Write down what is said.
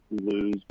lose